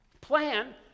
Plan